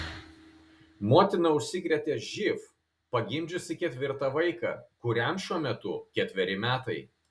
motina užsikrėtė živ pagimdžiusi ketvirtą vaiką kuriam šiuo metu ketveri metai